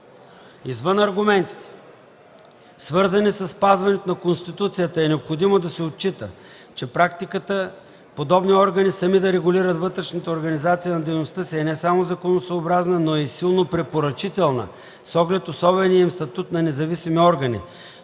Извън аргументите, свързани със спазването на Конституцията, е необходимо да се отчита, че практиката подобни органи сами да регулират вътрешната организация на дейността си е не само законосъобразна, но е и силно препоръчителна с оглед особения им статут на независими органи,